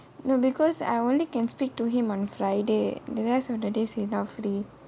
no because I only can speak to him on friday the rest of the day we roughly